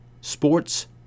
Sports